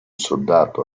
soldato